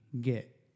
get